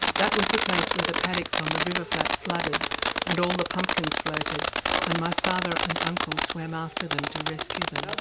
that was the place where the paddocks on the river flat flooded and all the pumpkins floated and my father and uncle swan um after them to rescue them.